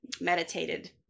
meditated